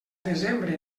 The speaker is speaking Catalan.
desembre